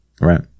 right